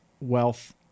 wealth